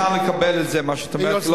אני מוכן לקבל את מה שאת אומרת.